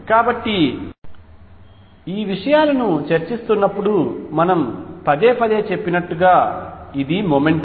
కాబట్టి ఈ విషయాలను చర్చిస్తున్నప్పుడు మనము పదేపదే చెప్పినట్లుగా ఇది మొమెంటం